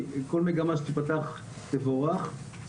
כל מגמה שתיפתח תבורך,